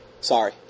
Sorry